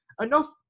enough